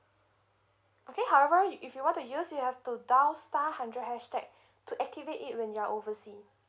okay however if you want to use you have to dial star hundred hashtag to activate it when you're oversea